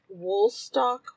Woolstock